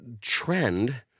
trend